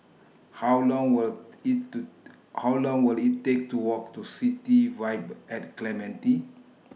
How Long Will IT to How Long Will IT Take to Walk to City Vibe At Clementi